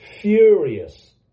furious